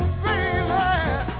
baby